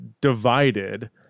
divided